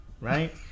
right